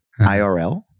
IRL